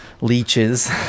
leeches